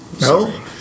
No